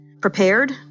prepared